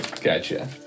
Gotcha